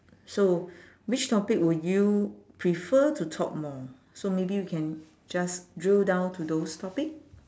so which topic would you prefer to talk more so maybe we can just drill down to those topic